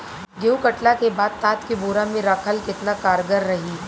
गेंहू कटला के बाद तात के बोरा मे राखल केतना कारगर रही?